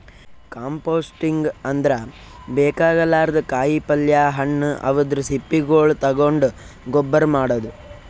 composting ಅಂದ್ರ ಬೇಕಾಗಲಾರ್ದ್ ಕಾಯಿಪಲ್ಯ ಹಣ್ಣ್ ಅವದ್ರ್ ಸಿಪ್ಪಿಗೊಳ್ ತಗೊಂಡ್ ಗೊಬ್ಬರ್ ಮಾಡದ್